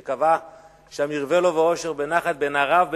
שקבע: שם ירווה לו מאושר ונחת בן ערב,